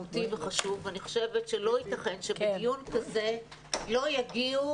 ואני חושבת שלא ייתכן שבדיון כזה לא יגיעו